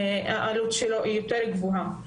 העלות שלו היא יותר גבוהה,